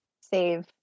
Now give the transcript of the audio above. save